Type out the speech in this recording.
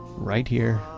right here,